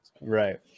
Right